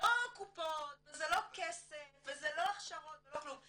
שלא קופות וזה לא כסף וזה לא הכשרות ולא כלום,